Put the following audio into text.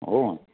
हो